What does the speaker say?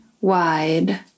wide